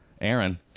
Aaron